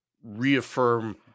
Reaffirm